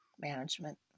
Management